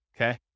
okay